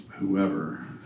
Whoever